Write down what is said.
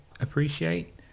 appreciate